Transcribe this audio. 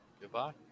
Goodbye